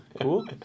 cool